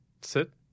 Sit